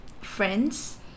friends